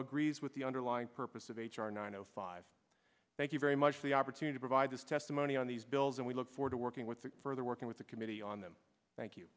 agrees with the underlying purpose of h r nine o five thank you very much for the opportunity provide this testimony on these bills and we look forward to working with further working with the committee on them thank you